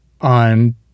on